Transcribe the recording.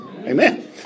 amen